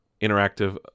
interactive